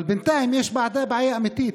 אבל בינתיים יש בעיה אמיתית.